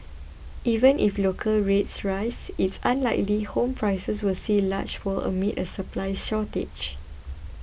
even if local rates rise it's unlikely home prices will see a large fall amid a supply shortage